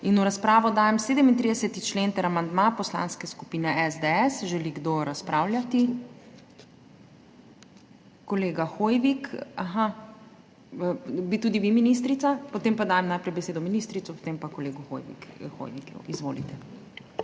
V razpravo dajem 37. člen ter amandma Poslanske skupine SDS. Želi kdo razpravljati? Kolega Hoivik. Bi tudi vi, ministrica? Potem pa dajem najprej besedo ministrici, potem pa kolegu Hoiviku. Izvolite.